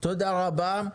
תודה רבה.